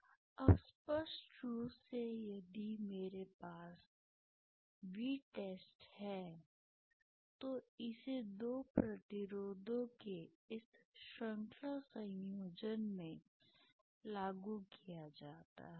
अब स्पष्ट रूप से यदि मेरे पास Vtest है तो इसे दो प्रतिरोधों के इस श्रृंखला संयोजन में लागू किया जाता है